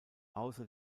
außer